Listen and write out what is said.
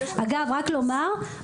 אגב רק לומר,